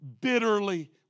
bitterly